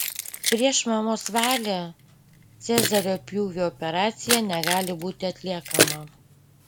prieš mamos valią cezario pjūvio operacija negali būti atliekama